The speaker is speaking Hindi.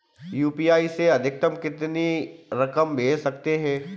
यू.पी.आई से अधिकतम कितनी रकम भेज सकते हैं?